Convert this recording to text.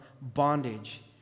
bondage